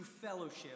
fellowship